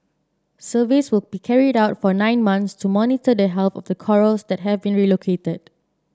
surveys will be carried out for nine months to monitor the health of the corals that have been relocated